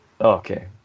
okay